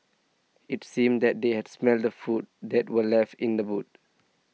it seemed that they had smelt the food that were left in the boot